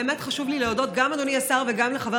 באמת חשוב לי להודות גם לאדוני השר וגם לחבר